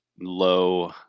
low